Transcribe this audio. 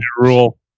rule